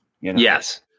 Yes